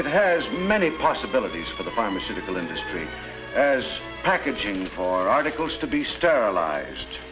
it has many possibilities for the pharmaceutical industry as packaging for articles to be sterilized